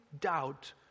doubt